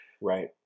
Right